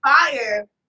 fire